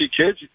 kids